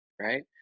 right